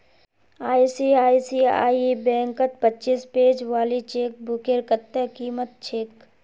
ICICI बैंकत पच्चीस page वाली चेकबुकेर कत्ते कीमत छेक